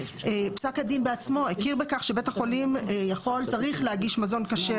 פסק הדין בעצמו הכיר בכך שבית החולים צריך להגיש מזון כשר.